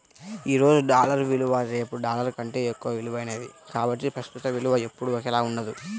ఈ రోజు డాలర్ విలువ రేపు డాలర్ కంటే ఎక్కువ విలువైనది కాబట్టి ప్రస్తుత విలువ ఎప్పుడూ ఒకేలా ఉండదు